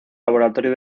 laboratorio